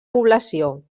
població